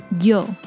Yo